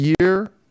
year